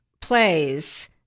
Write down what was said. plays